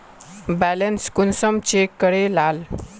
Balance कुंसम check करे लाल?